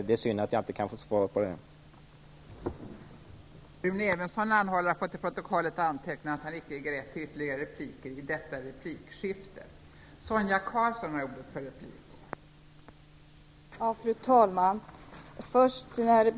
Det är synd att jag inte kan få svar på den frågan.